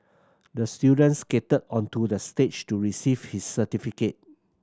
the student skated onto the stage to receive his certificate